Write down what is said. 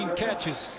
catches